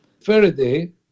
Faraday